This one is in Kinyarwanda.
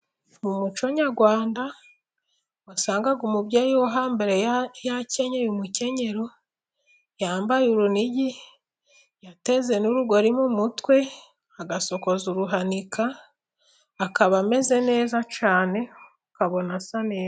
Mu muco nyarwanda wasangaga umubyeyi wo hambere yakenyeye umukenyero, yambaye urunigi, yateze n'urugori mu mutwe, agasokoza uruhanika, akaba ameze neza cyane, ukabona asa neza.